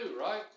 right